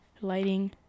lighting